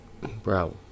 Bro